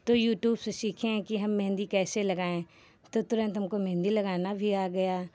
तो यूट्यूब से सीखे हैं कि हम मेहँदी कैसे लगाएँ तो तुरन्त हमको मेहँदी लगाना भी आ गया